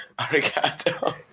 arigato